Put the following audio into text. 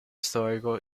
storico